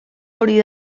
hori